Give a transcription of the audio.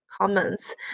comments